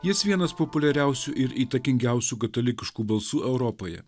jis vienas populiariausių ir įtakingiausių katalikiškų balsų europoje